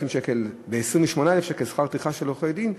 שקל ו-28,000 שקל שכר טרחה של עורכי-דין,